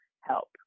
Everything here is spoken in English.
help